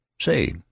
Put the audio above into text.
Say